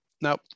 Now